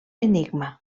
enigma